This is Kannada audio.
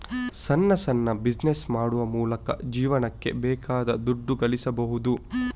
ಸಣ್ಣ ಸಣ್ಣ ಬಿಸಿನೆಸ್ ಮಾಡುವ ಮೂಲಕ ಜೀವನಕ್ಕೆ ಬೇಕಾದ ದುಡ್ಡು ಗಳಿಸ್ಬಹುದು